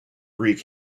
greek